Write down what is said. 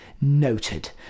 Noted